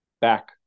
back